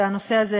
והנושא הזה,